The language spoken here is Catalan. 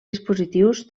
dispositius